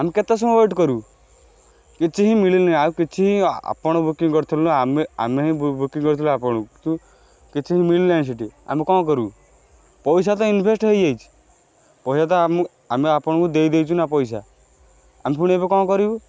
ଆମେ କେତେ ସମୟ ୱେଟ୍ କରିବୁ କିଛି ହିଁ ମିଳିନି ଆଉ କିଛି ହିଁ ଆପଣ ବୁକିଂ କରିଥିଲୁ ନା ଆମେ ଆମେ ହିଁ ବୁକିଂ କରିଥିଲୁ ଆପଣଙ୍କୁ କିନ୍ତୁ କିଛି ହିଁ ମିଳିଲାନାହିଁ ସେଠି ଆମେ କ'ଣ କରିବୁ ପଇସା ତ ଇନଭେଷ୍ଟ୍ ହେଇଯାଇଛି ପଇସା ତ ଆମକୁ ଆମେ ଆପଣଙ୍କୁ ଦେଇଦେଇଛୁ ନା ପଇସା ଆମେ ପୁଣି ଏବେ କ'ଣ କରିବୁ